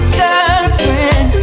girlfriend